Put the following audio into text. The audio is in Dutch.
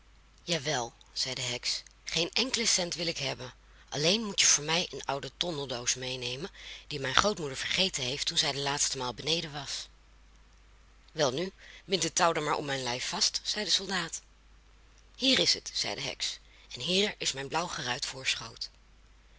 jawel zei de heks geen enkelen cent wil ik hebben alleen moet je voor mij een oude tondeldoos meenemen die mijn grootmoeder vergeten heeft toen zij de laatste maal beneden was welnu bind het touw dan maar om mijn lijf vast zei de soldaat hier is het zei de heks en hier is mijn blauw geruit voorschoot